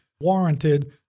warranted